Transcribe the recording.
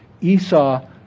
Esau